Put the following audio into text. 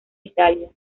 italia